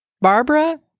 Barbara